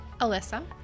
Alyssa